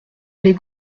les